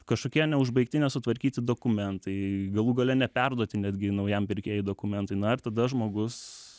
kažkokie neužbaigti nesutvarkyti dokumentai galų gale neperduoti netgi naujam pirkėjui dokumentai na ir tada žmogus